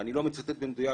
ואני לא מצטט במדויק,